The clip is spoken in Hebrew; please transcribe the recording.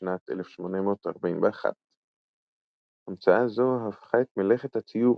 בשנת 1841. המצאה זו הפכה את מלאכת הציור